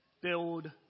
build